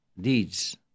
deeds